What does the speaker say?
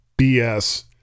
BS